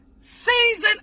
season